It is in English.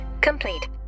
complete